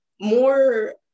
more